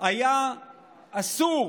היה אסור